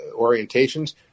orientations